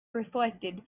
reflected